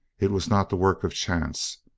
it was not the work of chance.